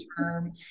term